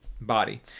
body